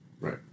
right